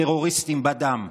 טרוריסטים בדם.